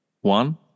One